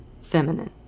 feminine